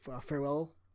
Farewell